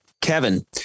Kevin